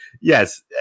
yes